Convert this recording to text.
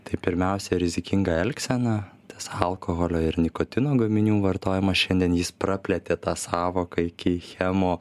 tai pirmiausia rizikinga elgsena tas alkoholio ir nikotino gaminių vartojimas šiandien jis praplėtė tą sąvoką iki chemo